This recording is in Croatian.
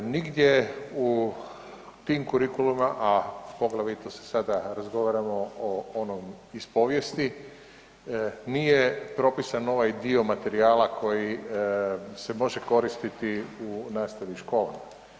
Nigdje u tim kurikulumima, a poglavito se sada razgovaramo o onom iz povijesti nije propisan ovaj dio materijala koji se može koristiti u nastavi u školama.